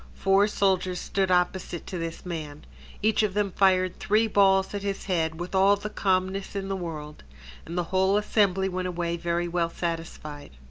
four soldiers stood opposite to this man each of them fired three balls at his head, with all the calmness in the world and the whole assembly went away very well satisfied.